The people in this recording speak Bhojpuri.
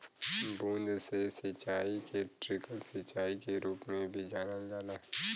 बूंद से सिंचाई के ट्रिकल सिंचाई के रूप में भी जानल जाला